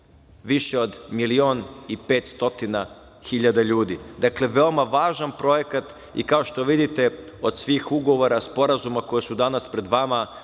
više od milion i 500 hiljada ljudi. Dakle, veoma važan projekat, kao što vidite, od svih ugovora, sporazuma koji su danas pred vama,